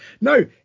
No